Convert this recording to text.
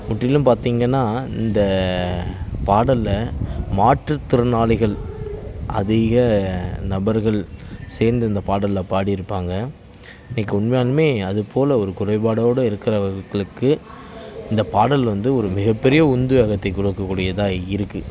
முற்றிலும் பார்த்திங்கன்னா இந்த பாடல்ல மாற்றுத்திறனாளிகள் அதிக நபர்கள் சேர்ந்து இந்த பாடல்ல பாடிருப்பாங்க எனக்கு உண்மையாலுமே அது போல ஒரு குறைபாடோட இருக்கிறவர்களுக்கு இந்த பாடல் வந்து ஒரு மிகப்பெரிய உந்துவேகத்தை கொடுக்கக்கூடியதா இருக்குது